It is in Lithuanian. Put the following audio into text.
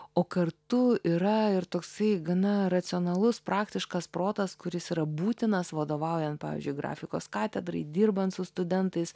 o kartu yra ir toksai gana racionalus praktiškas protas kuris yra būtinas vadovaujant pavyzdžiui grafikos katedrai dirbant su studentais